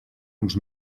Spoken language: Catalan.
uns